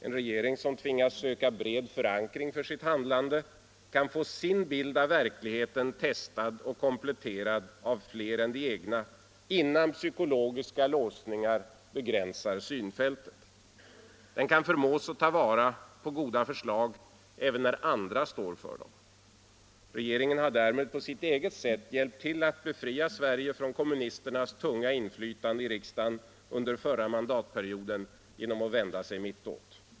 En regering som tvingas söka bred förankring för sitt handlande kan få sin bild av verkligheten testad och kompletterad av fler än de egna, innan psykologiska låsningar begränsar synfältet. Den kan förmås att ta vara på goda förslag även när andra står för dem. Regeringen har därmed på sitt eget sätt hjälpt till att befria oss från kommunisternas tunga inflytande i riksdagen under förra mandatperioden genom att vända sig mittåt.